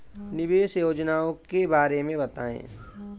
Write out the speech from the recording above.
निवेश योजनाओं के बारे में बताएँ?